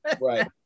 Right